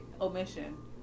omission